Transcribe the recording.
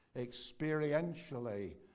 experientially